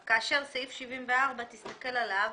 אני לא רוצה שישתמע מהסעיף הזה שחייבים לעשות חוזה.